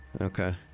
Okay